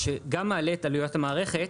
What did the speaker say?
זה גם מעלה את עלויות המערכת,